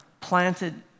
planted